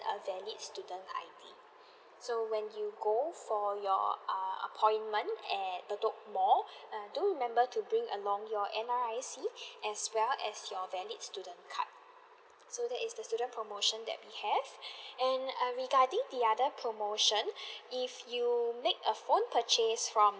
a valid student I_D so when you go for your err appointment at bedok mall err do remember to bring along your N_R_I_C as well as you valid student card so that is the student promotion that we have and err regarding the other promotion if you make a phone purchase from